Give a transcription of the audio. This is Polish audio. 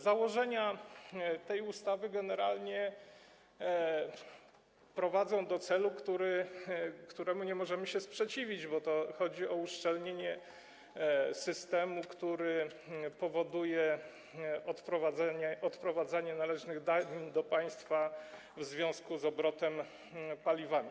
Założenia tej ustawy generalnie prowadzą do celu, któremu nie możemy się sprzeciwić, bo chodzi o uszczelnienie systemu, który powoduje odprowadzanie należnych danin do państwa w związku z obrotem paliwami.